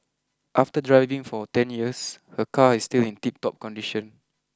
after driving for ten years her car is still in tip top condition